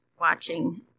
watching